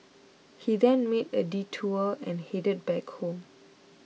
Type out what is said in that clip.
he then made a detour and headed back home